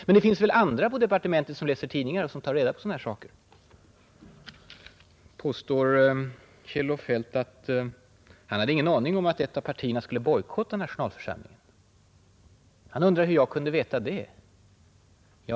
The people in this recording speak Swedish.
Men det finns väl andra på departementet som läser tidningar och tar reda på sådana här saker? Kjell-Olof Feldt påstår att han inte hade någon aning om att ett av partierna skulle bojkotta nationalförsamlingen. Han undrar hur jag kunde veta det.